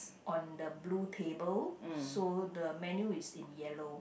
on the blue table so the menu is in yellow